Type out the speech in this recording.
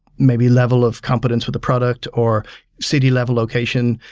maybe level of competence with the product or city level location.